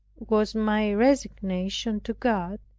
was my resignation to god,